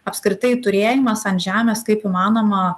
apskritai turėjimas ant žemės kaip įmanoma